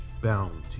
bound